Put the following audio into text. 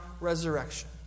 resurrection